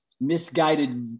misguided